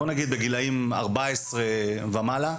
בוא נגיד בגילאים 14 ומעלה,